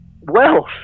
wealth